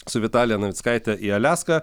su vitalija navickaite į aliaską